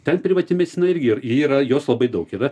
ten privati medicina irgi ji yra jos labai daug yra